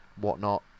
whatnot